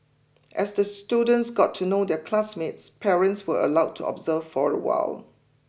as the students got to know their classmates parents were allowed to observe for a while